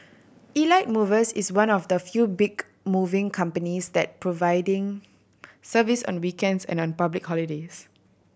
Elite Movers is one of the few big moving companies that providing service on weekends and on public holidays